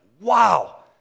wow